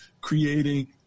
creating